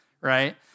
right